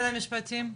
המשפטים.